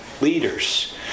leaders